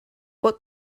what